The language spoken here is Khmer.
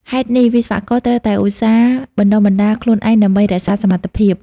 ហេតុនេះវិស្វករត្រូវតែឧស្សាហ៍បណ្តុះបណ្តាលខ្លួនឯងដើម្បីរក្សាសមត្ថភាព។